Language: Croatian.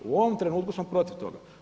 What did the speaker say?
U ovom trenutku smo protiv toga.